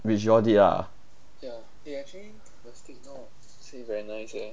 which you all did ah